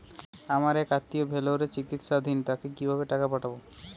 আমার এক আত্মীয় ভেলোরে চিকিৎসাধীন তাকে কি ভাবে টাকা পাঠাবো?